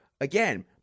again